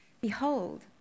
Behold